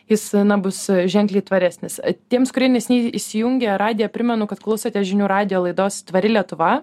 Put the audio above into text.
jis na bus ženkliai tvaresnis tiems kurie neseniai įsijungė radiją primenu kad klausote žinių radijo laidos tvari lietuva